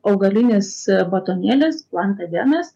augalinis batonėlis plantedenas